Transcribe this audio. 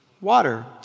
Water